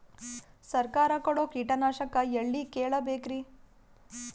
ಸರಕಾರ ಕೊಡೋ ಕೀಟನಾಶಕ ಎಳ್ಳಿ ಕೇಳ ಬೇಕರಿ?